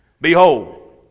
Behold